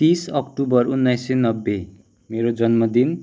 तिस अक्टोबर उन्नाइस सय नब्बे मेरो जन्मदिन